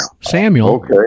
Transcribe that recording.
Samuel